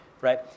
right